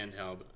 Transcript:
handheld